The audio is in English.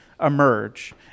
emerge